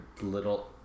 little